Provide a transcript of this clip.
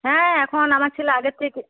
হ্যাঁ এখন আমার ছেলে আগের থেকে